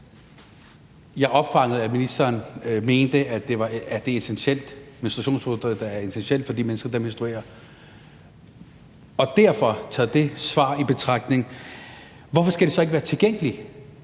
Jeg opfangede, at ministeren mente, at menstruationsprodukter er essentielle for de mennesker, der menstruerer. Derfor vil jeg det svar taget i betragtning spørge: Hvorfor skal det så ikke være tilgængeligt